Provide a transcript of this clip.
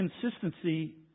consistency